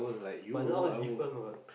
but now is different what